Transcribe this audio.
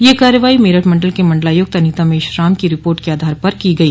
यह कार्रवाई मेरठ मंडल के मंडलायुक्त अनीता मेश्राम की रिपोर्ट के आधार की गई